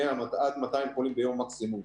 עד 200 חולים ביום מקסימום.